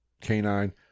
canine